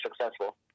successful